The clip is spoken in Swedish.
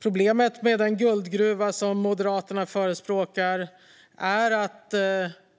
Problemet med den guldgruva som Moderaterna förespråkar är att